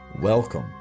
Welcome